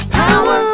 power